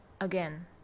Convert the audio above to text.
again